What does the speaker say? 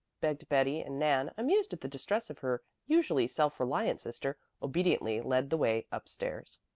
begged betty, and nan, amused at the distress of her usually self-reliant sister, obediently led the way up-stairs.